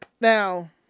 now